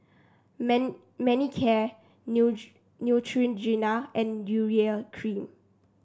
Man Manicare Neutrogena and Urea Cream